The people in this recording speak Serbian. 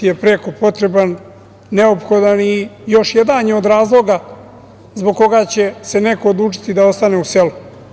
Internet je preko potreban, neophodan i još jedan je od razloga zbog koga će se neko odlučiti da ostane u selu.